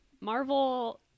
Marvel